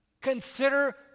consider